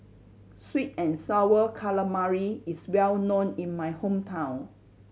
sweet and Sour Calamari is well known in my hometown